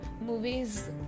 movies